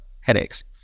headaches